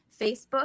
Facebook